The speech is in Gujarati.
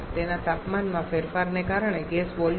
તેના તાપમાનમાં ફેરફારને કારણે ગેસ વોલ્યુમ